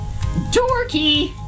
Dorky